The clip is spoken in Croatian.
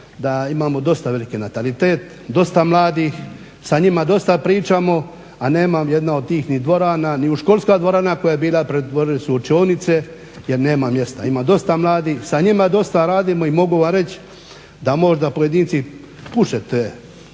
da imamo dosta veliki natalitete, dosta mladih, sa njima dosta pričamo, a nemam jedna od tih ni dvorana, ni školska dvorana koja je bila, pretvorili su je u učionice, jer nema mjesta. Ima dosta mladih, sa njima dosta radimo, i mogu vam reć da možda pojedinci puše te,